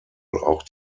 auch